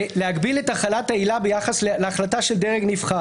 להגביל את החלת העילה ביחס להחלטה של דרג נבחר